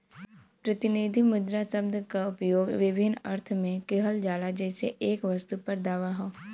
प्रतिनिधि मुद्रा शब्द क उपयोग विभिन्न अर्थ में किहल जाला जइसे एक वस्तु पर दावा हौ